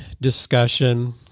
discussion